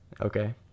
Okay